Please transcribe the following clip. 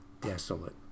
desolate